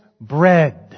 bread